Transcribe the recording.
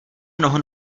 mnoho